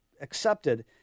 accepted